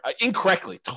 incorrectly